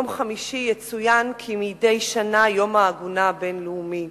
יצוין, כמדי שנה, יום העגונה הבין-לאומי.